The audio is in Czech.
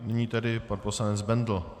Nyní tedy pan poslanec Bendl.